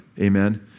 Amen